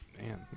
Man